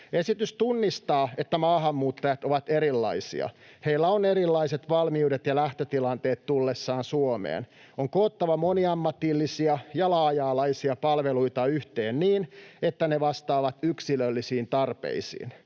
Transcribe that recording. Esitys tunnistaa, että maahanmuuttajat ovat erilaisia. Heillä on erilaiset valmiudet ja lähtötilanteet tullessaan Suomeen. On koottava moniammatillisia ja laaja-alaisia palveluita yhteen niin, että ne vastaavat yksilöllisiin tarpeisiin.